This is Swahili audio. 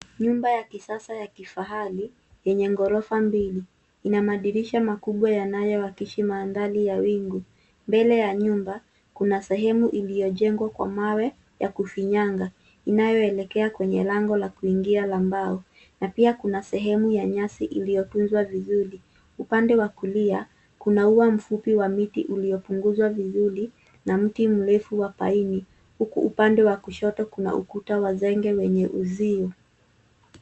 Nyumba ya kisasa ya kifahari yenye gorofa mbili, ina madirisha makubwa yanayoakishi madhari ya wingu. Mbele ya nyumba, kunasehemu iliojengwa kwa mawe yakufinyaga inayoelekea kwenye lango la kuingia la mbao, na pia kuna sehemu ya nyasi iliotunzwa vizuri, upande wakulia kuna ua mfupi wa miti uliopunguzwa vizuri na mti mrefu wa paini uku upande wa kushoto kuna ukuta wa zege wenye uzio.